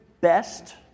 best